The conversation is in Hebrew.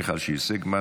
מיכל שיר סגמן,